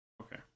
Okay